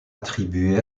attribuée